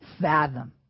fathom